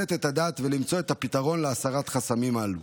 עלינו לתת את הדעת על מציאת הפתרון להסרת החסמים הללו.